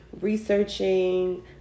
researching